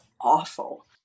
awful